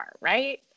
right